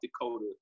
Dakota